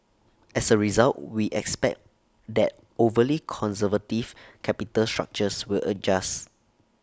as A result we expect that overly conservative capital structures will adjust